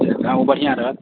हमरा ओ बढ़िआँ रहत